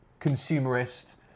consumerist